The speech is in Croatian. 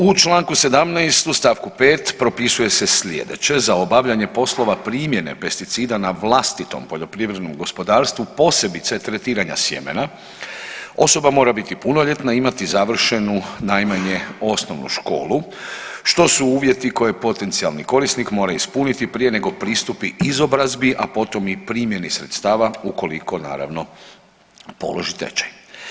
U čl. 17. u st. 5. propisuje se slijedeće, za obavljanje poslova primjene pesticida na vlastitom poljoprivrednom gospodarstvu, posebice tretiranja sjemena, osoba mora biti punoljetna i imati završenu najmanje osnovnu školu, što su uvjeti koje potencijalni korisnik mora ispuniti prije nego pristupi izobrazbi, a potom i primjeni sredstava ukoliko naravno položi tečaj.